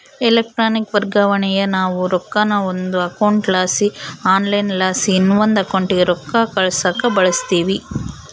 electronic ವರ್ಗಾವಣೇನಾ ನಾವು ರೊಕ್ಕಾನ ಒಂದು ಅಕೌಂಟ್ಲಾಸಿ ಆನ್ಲೈನ್ಲಾಸಿ ಇನವಂದ್ ಅಕೌಂಟಿಗೆ ರೊಕ್ಕ ಕಳ್ಸಾಕ ಬಳುಸ್ತೀವಿ